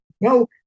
No